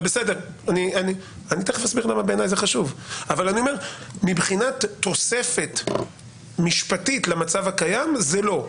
אני אומר שמבחינת תוספת משפטית למצב הקיים, זה לא.